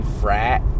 Frat